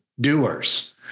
doers